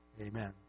Amen